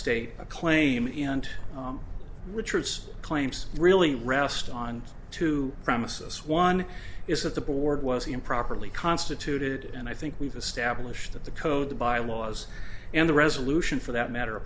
state a claim in richard's claims really rest on two promises one is that the board was improperly constituted and i think we've established that the code the bylaws and the resolution for that matter